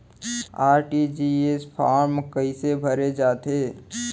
RTGS form कइसे भरे जाथे?